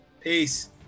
Peace